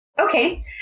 okay